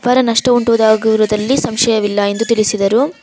ಅಪಾರ ನಷ್ಟ ಉಂಟಾಗಿ ಇರುವುದರಲ್ಲಿ ಸಂಶಯವಿಲ್ಲ ಎಂದು ತಿಳಿಸಿದರು